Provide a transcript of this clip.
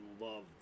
love